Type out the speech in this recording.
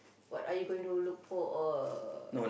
what are you going to look for or